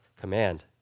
command